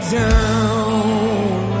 down